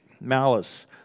malice